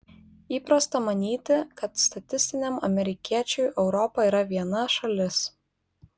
įprasta manyti kad statistiniam amerikiečiui europa yra viena šalis